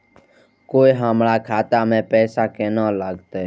कोय हमरा खाता में पैसा केना लगते?